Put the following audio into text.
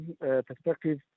perspective